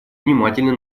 внимательно